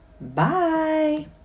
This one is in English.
Bye